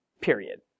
period